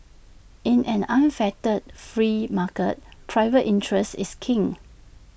in an unfettered free market travel interest is king